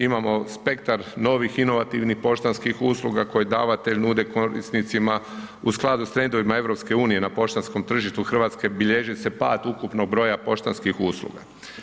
Imamo spektar novih inovativnih poštanskih usluga koji davatelj nude korisnicima u skladu s trendovima EU na poštanskom tržištu Hrvatske bilježi se pad ukupnog broja poštanskih usluga.